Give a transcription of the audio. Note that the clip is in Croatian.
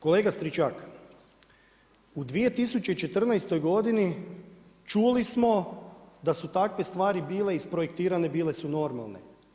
Kolega Stričak, u 2014. godini čuli smo da su takve stvari bile isprojektirane, bile su normalne.